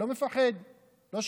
לא מפחד,